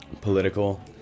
political –